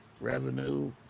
revenue